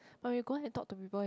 but when you go out and talk to people